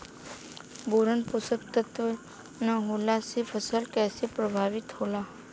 Boron पोषक तत्व के न होला से फसल कइसे प्रभावित होला?